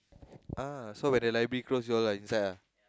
uh so when the library close you all are inside ah